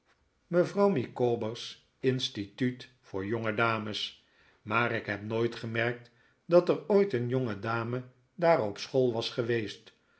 mevrouw micawber's instituut voor jongedames maar ik heb nooit gemerkt dat er ooit een jongedame daar op school was geweest